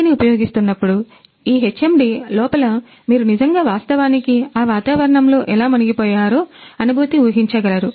HMD ని ఉపయోగిస్తున్నప్పుడు ఈ HMD లోపల మీరు నిజంగా వాస్తవానికి ఆ వాతావరణంలో ఎలా మునిగిపోయారో అనుభూతి ఊహించగలరు